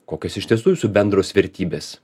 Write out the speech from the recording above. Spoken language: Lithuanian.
kokios iš tiesų jūsų bendros vertybės